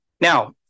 Now